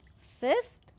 Fifth